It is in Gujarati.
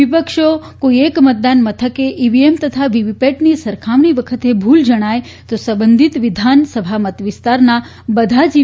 વિપક્ષો કોઇ એક મતદાન મથકે ઇવીએમ તથા વીવીપેટની સરખામણી વખતે ભૂલ જણાય તો સંબંધીત વિધાનસભા મતવિસ્તારના બધા જ ઇ